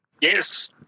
Yes